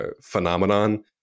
phenomenon